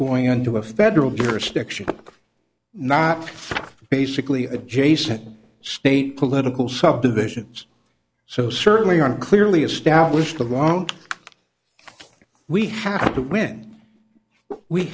going on to a federal jurisdiction not basically adjacent state political subdivisions so certainly are clearly established along we have when we